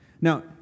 Now